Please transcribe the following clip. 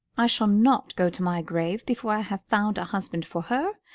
i shall not go to my grave before i have found a husband for her,